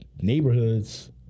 neighborhoods